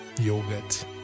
yogurt